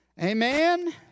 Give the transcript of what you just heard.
Amen